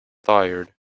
tired